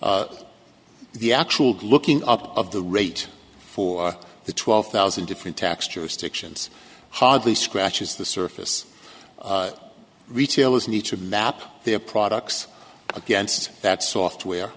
the actual looking up of the rate for the twelve thousand different textures dictions hardly scratches the surface retailers need to map their products against that software